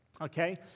Okay